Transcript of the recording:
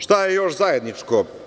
Šta je još zajedničko?